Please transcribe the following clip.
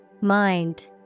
Mind